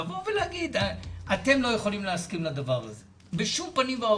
לבוא ולהגיד אתם לא יכולים להסכים לדבר הזה בשום פנים ואופן,